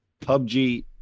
PUBG